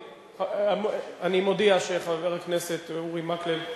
אני מודיע שחבר הכנסת אורי מקלב,